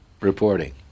reporting